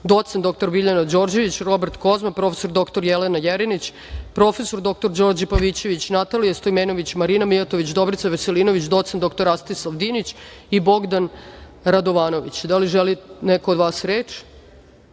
doc. dr Biljana Đorđević, Robert Kozma, prof. dr Jelena Jerinić, prof. dr Đorđe Pavićević, Natalija Stojmenović, Marina Mijatović, Dobrica Veselinović, doc. dr Rastislav Dinić i Bogdan Radovanović. Da li želi neko od vas reč?